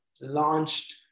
launched